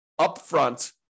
upfront